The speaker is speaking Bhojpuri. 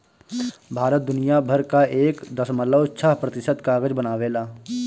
भारत दुनिया भर कअ एक दशमलव छह प्रतिशत कागज बनावेला